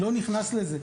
לא נכנס לזה.